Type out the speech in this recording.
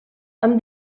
amb